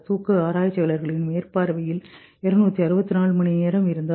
தூக்க ஆராய்ச்சியாளர்களின் மேற்பார்வையில் 264 மணி நேரம் இருந்தார்